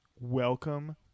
welcome